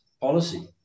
policy